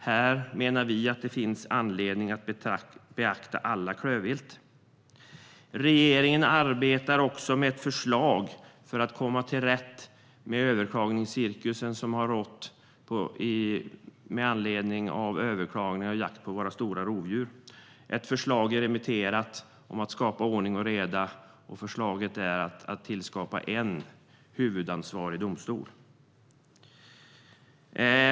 Här menar vi att det finns anledning att beakta allt klövvilt. Regeringen arbetar även med ett förslag för att komma till rätta med den överklagningscirkus som har rått med anledning av överklaganden av beslut om jakt på våra stora rovdjur. Ett förslag om att skapa ordning och reda är remitterat. Förslaget innebär att man ska tillskapa en huvudansvarig domstol.